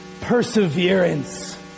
Perseverance